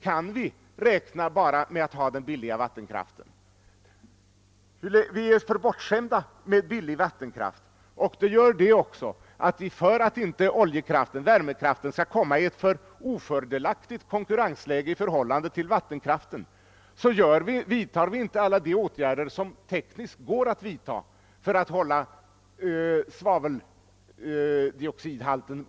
Jag förmodar att jordbruksministern kan tänka själv, men det var ändå roligt att höra honom framföra precis samma synpunkter på Vattenfalls verksamhet, som dem jag tog upp vid den naturvårdskonferens, som nyligen hål lits, bl.a. att vi skall upphöra med hackandet på vvattenfallsverket.